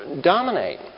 dominate